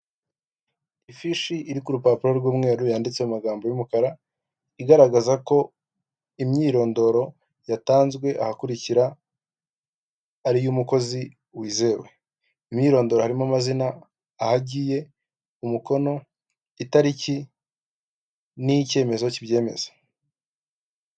Ifishi iri ku rupapuro rw'umweru yanditse mu magambo y'umukara igaragaza ko imyirondoro yatanzwe ahakurikira ari iy'umukozi wizewe, imyirondoro harimo amazina aha agiye umukono, itariki n'icyemezo cyibyemeza.